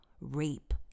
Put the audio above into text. rape